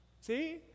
See